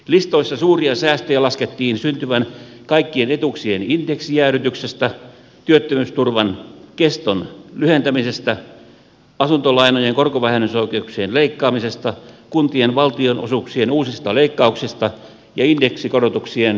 listoissa suuria säästöjä laskettiin syntyvän kaikkien etuuksien indeksijäädytyksestä työttömyysturvan keston lyhentämisestä asuntolainojen korkovähennysoikeuksien leikkaamisesta kuntien valtionosuuksien uusista leikkauksista ja indeksikorotuksien jäädyttämisestä